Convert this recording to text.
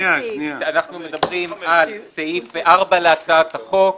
אנחנו מדברים על סעיף 4 להצעת החוק,